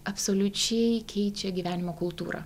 absoliučiai keičia gyvenimo kultūrą